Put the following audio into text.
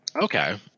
Okay